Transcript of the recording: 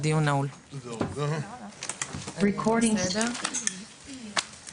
הישיבה ננעלה בשעה 12:48.